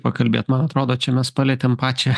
pakalbėt man atrodo čia mes palietėm pačią